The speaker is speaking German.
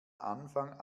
anfang